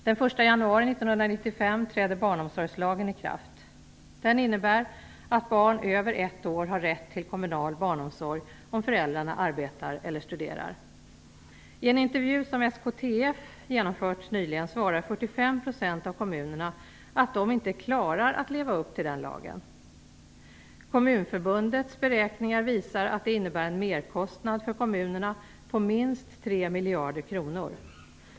Den 1 I en intervju som SKTF nyligen genomfört svarar 45 % av kommunerna att de inte klarar att leva upp till den lagen. Kommunförbundets beräkningar visar att det innebär en merkostnad för kommunerna på minst 3 miljarder kronor.